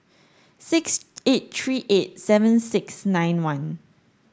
six eight three eight seven six nine one